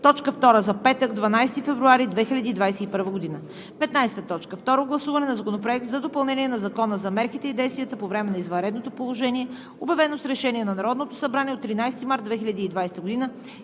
точка втора за петък, 12 февруари 2021 г. 15. Второ гласуване на Законопроекта за допълнение на Закона за мерките и действията по време на извънредното положение, обявено с решение на Народното събрание от 13 март 2020 г.,